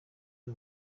ari